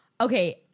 Okay